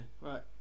right